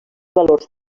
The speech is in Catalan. valors